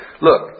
Look